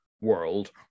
world